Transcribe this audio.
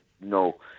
no